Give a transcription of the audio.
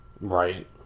Right